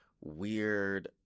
weird